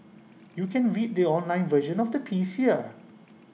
you can read the online version of the piece here